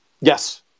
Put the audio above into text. yes